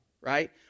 right